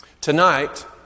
Tonight